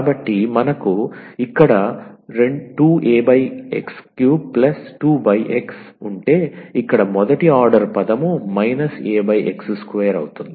కాబట్టి మనకు ఇక్కడ 2 Ax3 2x ఉంటేఇక్కడ మొదటి ఆర్డర్ పదం Ax2 అవుతుంది